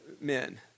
men